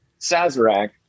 Sazerac